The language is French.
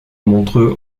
montreux